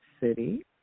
City